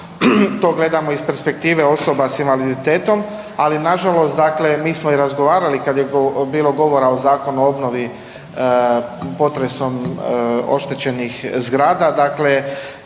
to gledamo iz perspektive osoba s invaliditetom, ali nažalost dakle mi smo i razgovarali, kad je bilo govora o Zakonu o obnovi potresom oštećenih zgrada, dakle